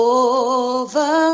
over